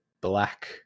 black